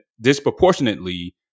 disproportionately